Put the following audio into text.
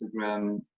Instagram